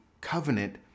covenant